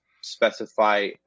specify